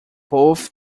both